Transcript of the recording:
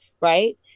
right